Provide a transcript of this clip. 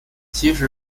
其实